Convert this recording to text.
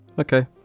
Okay